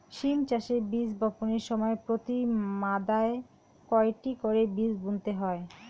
সিম চাষে বীজ বপনের সময় প্রতি মাদায় কয়টি করে বীজ বুনতে হয়?